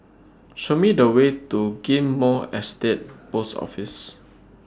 Show Me The Way to Ghim Moh Estate Post Office